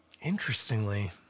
Interestingly